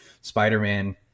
Spider-Man